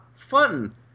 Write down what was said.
fun